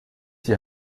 die